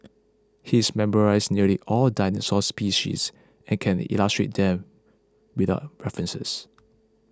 he's memorised nearly all dinosaur species and can illustrate them without references